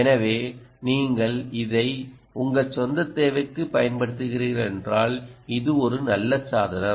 எனவே நீங்கள் அதை உங்கள் சொந்த தேவைக்கு பயன்படுத்துகிறீர்கள் என்றால் இது ஒரு நல்ல சாதனம்